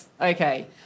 Okay